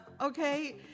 okay